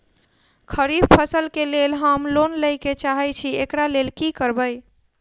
खरीफ फसल केँ लेल हम लोन लैके चाहै छी एकरा लेल की करबै?